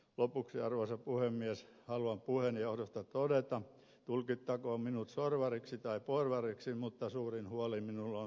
lopuksi arvoisa puhemies haluan puheeni johdosta todeta tulkittakoon minut sorvariksi tai porvariksi että suurin huoli minulla on suomen tulevaisuudesta